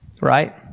right